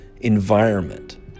environment